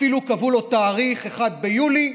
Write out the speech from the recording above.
ואפילו קבעו לו תאריך, 1 ביולי,